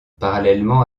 parallèlement